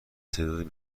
تعداد